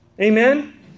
Amen